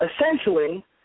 Essentially